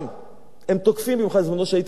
בזמני, כשהייתי רב בית-ספר,